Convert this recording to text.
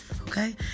okay